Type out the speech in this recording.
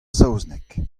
saozneg